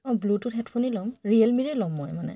অঁ ব্লুটুথ হেডফোনেই লম ৰিয়েল মিৰে ল'ম মানে